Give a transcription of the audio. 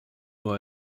nur